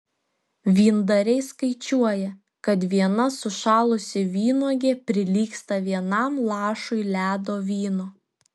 vyndariai skaičiuoja kad viena sušalusi vynuogė prilygsta vienam lašui ledo vyno